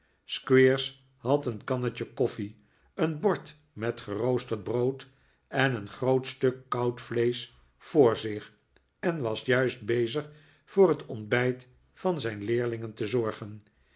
squeers had een kannetje koffie een bord met geroosterd brood en een groot stuk koud vleesch voor zich en was juist bezig voor het ontbijt van zijn leerlingen te zorgen